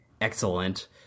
excellent